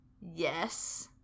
Yes